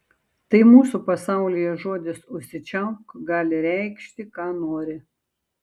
tai mūsų pasaulyje žodis užsičiaupk gali reikšti ką nori